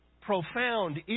profound